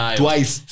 twice